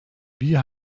wie